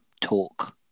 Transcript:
talk